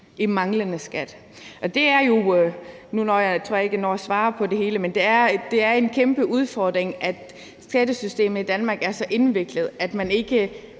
svare på det hele – en kæmpe udfordring, at skattesystemet i Danmark er så indviklet, at man ikke